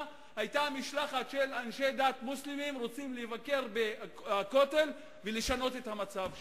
היתה משלחת של אנשי דת מוסלמים שרוצים לבקר בכותל ולשנות את המצב שם,